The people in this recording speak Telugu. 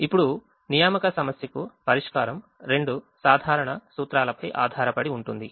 ఇప్పుడు అసైన్మెంట్ ప్రాబ్లెమ్ కు పరిష్కారం రెండు సాధారణ సూత్రాలపై ఆధారపడి ఉంటుంది